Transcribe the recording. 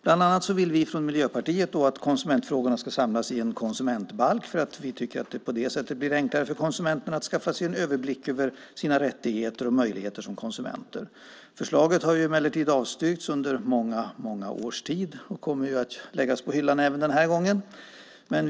Bland annat vill vi från Miljöpartiet att konsumentfrågorna ska samlas i en konsumentbalk för att det ska bli enklare för konsumenter att skaffa sig överblick över sina rättigheter och möjligheter som konsumenter. Förslaget har emellertid avstyrkts under många års tid och kommer även denna gång att läggas på hyllan.